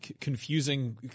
confusing